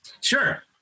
Sure